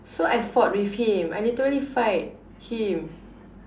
so I fought with him I literally fight him